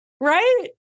right